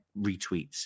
retweets